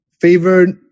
Favored